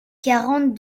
quarante